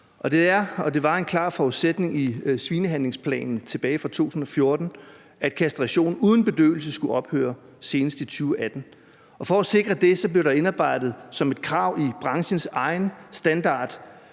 det var en klar forudsætning i svinehandlingsplanen tilbage fra 2014, at kastration uden bedøvelse skulle ophøre senest i 2018. For at sikre det blev det indarbejdet som et krav i branchens egen standard,